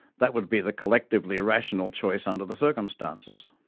that would be the collectively rational choice under the circumstances.